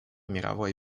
мировой